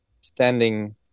standing